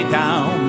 down